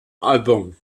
album